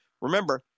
Remember